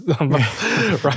Right